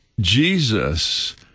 Jesus